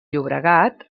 llobregat